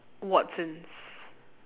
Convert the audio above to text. Watsons